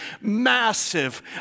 massive